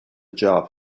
job